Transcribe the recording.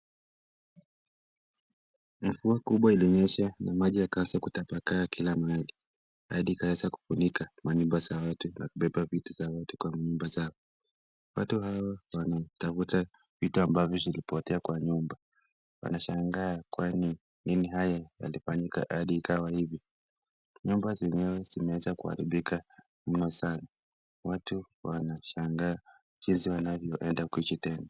Mvua kubwa ilinyesha na maji yakaanza kutapakaa kila mahali, hadi ikaweza kufunika manyumba za watu na kubeba vitu za watu kwa nyumba zao . Watu hao wanatafuta vitu ambavyo vilipotea kwa nyumba. Wanashanga kwani nini haya yalifanyika hadi ikawa hivi. Nyumba zenyewe zimeweza kuharibika mno sana, watu wanashangaa jinsi wanavyoenda kuishi tena.